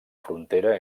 frontera